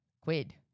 Quid